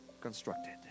constructed